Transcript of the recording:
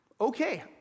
okay